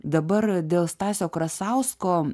dabar dėl stasio krasausko